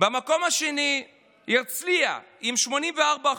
במקום השני, הרצליה, עם 84%,